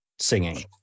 singing